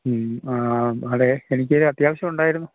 മ്മ് ആ അതെ എനിക്കൊരു അത്യാവശ്യമുണ്ടായിരുന്നു